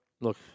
Look